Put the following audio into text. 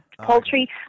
poultry